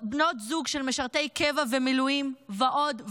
בנות זוג של משרתי קבע ומילואים ועוד ועוד.